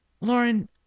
Lauren